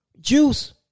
Juice